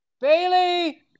Bailey